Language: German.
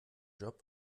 job